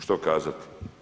Što kazati?